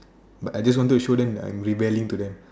but I just wanted to show them that I'm rebelling to them